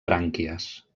brànquies